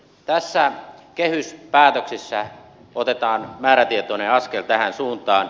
tässä kehyspäätöksessä otetaan määrätietoinen askel tähän suuntaan